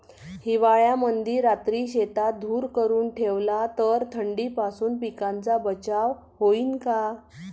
हिवाळ्यामंदी रात्री शेतात धुर करून ठेवला तर थंडीपासून पिकाचा बचाव होईन का?